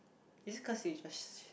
is it call seisures